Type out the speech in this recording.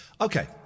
Okay